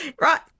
Right